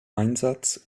einsatz